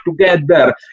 together